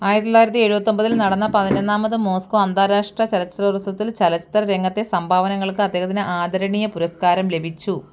ആയിരത്തി തൊള്ളായിരത്തി എഴുപത്തൊമ്പതില് നടന്ന പതിനൊന്നാമത് മോസ്കോ അന്താരാഷ്ട്ര ചലച്ചിത്രോത്സവത്തിൽ ചലച്ചിത്ര രംഗത്തെ സംഭാവനകൾക്ക് അദ്ദേഹത്തിന് ആദരണീയ പുരസ്കാരം ലഭിച്ചു